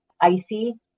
icy